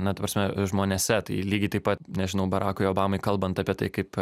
na ta prasme žmonėse tai lygiai taip pat nežinau barakui obamai kalbant apie tai kaip